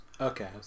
Okay